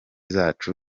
zacu